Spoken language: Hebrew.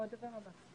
הוא הדובר הבא.